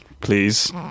Please